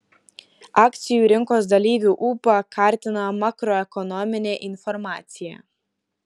akcijų rinkos dalyvių ūpą kartina makroekonominė informacija